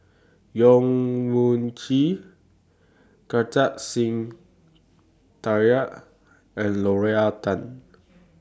Yong Mun Chee Kartar Singh and Lorna Tan